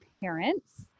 parents